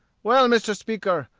well, mr. speaker,